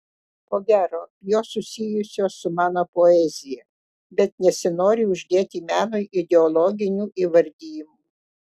ko gero jos susijusios su mano poezija bet nesinori uždėti menui ideologinių įvardijimų